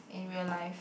in real life